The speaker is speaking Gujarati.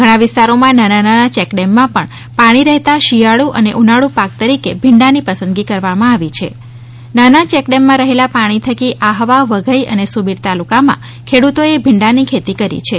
ઘણા વિસ્તારો માં નાના નાના ચેક ડેમ માં પાણી રહેતા શિયાળુ અને ઉનાળુ પાક તરીકે ભીંડા ની પસન્દગી કરી છે નાના ચેક ડેમ માં રહેલા પાણી થકી આહવા વઘઇ અને સુબીર તાલુકા માં ખેડૂતો એ ભીંડા ની ખેતી કરી છે